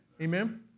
Amen